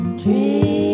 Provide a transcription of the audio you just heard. dream